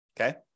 Okay